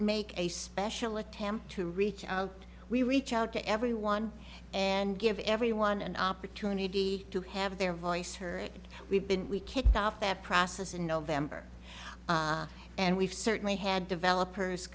make a special attempt to reach out we reach out to everyone and give everyone an opportunity to have their voice heard we've been we kicked off that process in november and we've certainly had developers